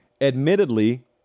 Admittedly